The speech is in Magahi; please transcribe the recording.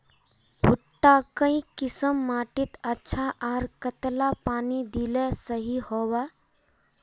भुट्टा काई किसम माटित अच्छा, आर कतेला पानी दिले सही होवा?